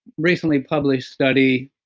recently published study.